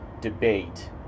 debate